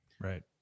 Right